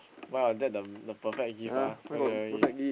buy your Dad the the perfect gift ah why never give